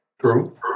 True